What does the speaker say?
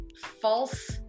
false